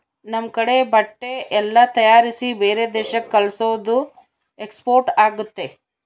ನಮ್ ಕಡೆ ಬಟ್ಟೆ ಎಲ್ಲ ತಯಾರಿಸಿ ಬೇರೆ ದೇಶಕ್ಕೆ ಕಲ್ಸೋದು ಎಕ್ಸ್ಪೋರ್ಟ್ ಆಗುತ್ತೆ